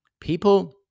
People